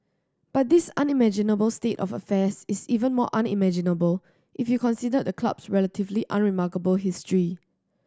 but this unimaginable state of affairs is even more unimaginable if you considered the club's relatively unremarkable history